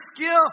skill